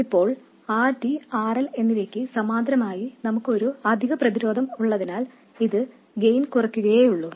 ഇപ്പോൾ R D R L എന്നിവയ്ക്ക് സമാന്തരമായി നമുക്ക് ഒരു അധിക റെസിസ്റ്റൻസ് ഉള്ളതിനാൽ ഇത് ഗെയിൻ കുറയ്ക്കുകയെയുള്ളൂ